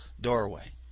doorway